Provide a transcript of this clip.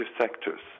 sectors